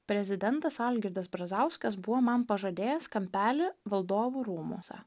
prezidentas algirdas brazauskas buvo man pažadėjęs kampelį valdovų rūmuose